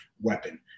weapon